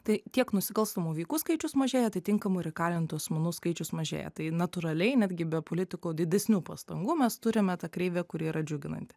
tai tiek nusikalstamų veikų skaičius mažėja atitinkamai ir įkalintų asmenų skaičius mažėja tai natūraliai netgi be politikų didesnių pastangų mes turime ta kreivė kuri yra džiuginanti